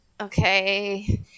okay